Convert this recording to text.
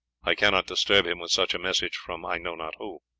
i cannot disturb him with such a message from i know not who.